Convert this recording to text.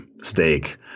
steak